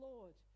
Lord